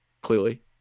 Clearly